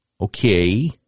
Okay